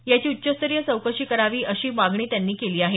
याची उच्चस्तरीय चौकशी करावी अशी मागणी त्यांनी केली आहे